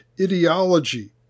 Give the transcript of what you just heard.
ideology